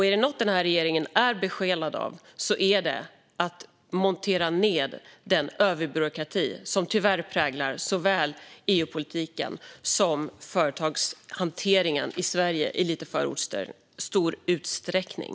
Är det något som regeringen är besjälad av är det att montera ned den överbyråkrati som tyvärr präglar såväl EU-politiken som företagshanteringen i Sverige i lite för stor utsträckning.